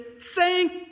thank